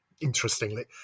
Interestingly